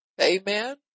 Amen